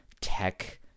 tech